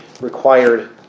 required